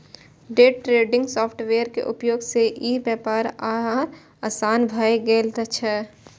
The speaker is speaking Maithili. डे ट्रेडिंग सॉफ्टवेयर के उपयोग सं ई व्यापार आर आसान भए गेल छै